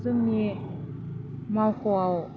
जोंनि मावख'आव